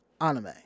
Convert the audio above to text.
anime